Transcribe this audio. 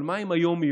אבל מה עם היום-יום?